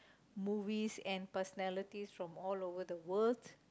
movies and personalities from all over the world